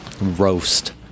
roast